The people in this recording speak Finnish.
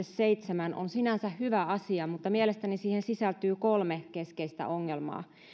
seitsemän on sinänsä hyvä asia mutta mielestäni siihen sisältyy kolme keskeistä ongelmaa